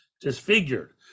disfigured